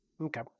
Okay